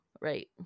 right